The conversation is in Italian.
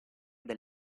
del